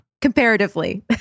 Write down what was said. Comparatively